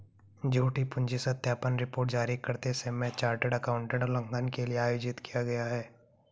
झूठी पूंजी सत्यापन रिपोर्ट जारी करते समय चार्टर्ड एकाउंटेंट उल्लंघन के लिए आयोजित किया गया